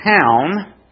town